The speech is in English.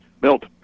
Milt